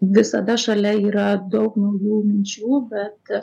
visada šalia yra daug naujų minčių bet